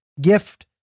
gift